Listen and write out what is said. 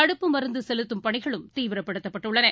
தடுப்பு மருந்துசெலுத்தும் பணிகளும் தீவிரப்படுத்தப்பட்டுள்ளன